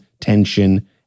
tension